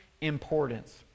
importance